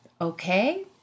okay